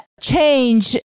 change